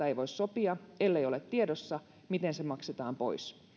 ei voi sopia ellei ole tiedossa miten se maksetaan pois